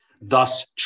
thus